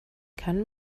kann